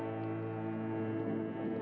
and